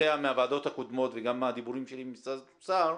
מהוועדות הקודמות וגם מהדיבורים שלי עם משרד השיכון,